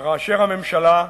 וכאשר הממשלה,